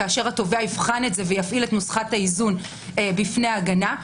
כשהתובע יבחן זאת ויפעיל נוסחת האיזון בפני ההגנה.